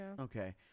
Okay